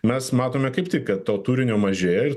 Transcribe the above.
mes matome kaip tik kad to turinio mažėja ir